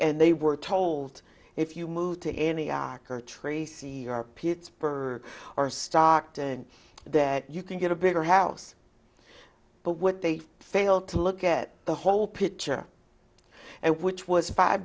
they were told if you move to any arc or tree or pittsburgh or are stockton that you can get a bigger house but what they fail to look at the whole picture and which was five